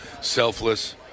selfless